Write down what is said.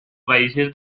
raíces